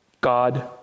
God